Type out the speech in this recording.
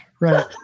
Right